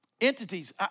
entities